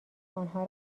آنها